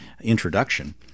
Introduction